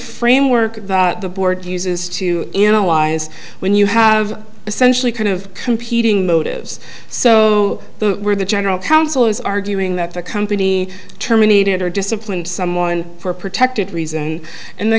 framework of the board uses to analyze when you have essentially kind of competing motives so we're the general counsel is arguing that the company terminated or disciplined someone for protected reason and the